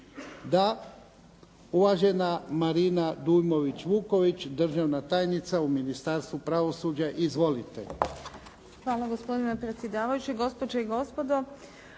Da. Uvažena Marina Dujmović Vuković, državna tajnica u Ministarstvu pravosuđa. Izvolite. **Dujmović Vuković, Marina** Hvala gospodine predsjedavajući. Gospođe i gospodo.